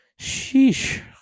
Sheesh